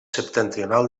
septentrional